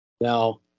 Now